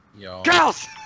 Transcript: girls